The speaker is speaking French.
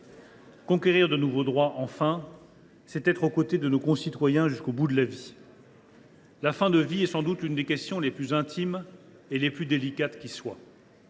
conquérir de nouveaux droits, c’est être aux côtés de nos concitoyens jusqu’au bout de leur vie. « La fin de vie est sans doute l’une des questions les plus intimes et les plus délicates qui soient,